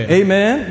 amen